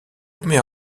nommée